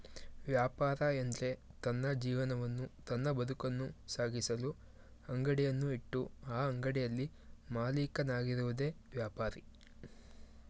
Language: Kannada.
ವ್ಯಾಪಾರ ಎಂದ್ರೆ ತನ್ನ ಜೀವನವನ್ನು ತನ್ನ ಬದುಕನ್ನು ಸಾಗಿಸಲು ಅಂಗಡಿಯನ್ನು ಇಟ್ಟು ಆ ಅಂಗಡಿಯಲ್ಲಿ ಮಾಲೀಕನಾಗಿರುವುದೆ ವ್ಯಾಪಾರಿ